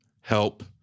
help